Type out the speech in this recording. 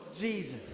Jesus